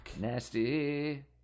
Nasty